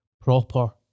proper